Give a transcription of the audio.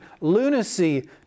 lunacy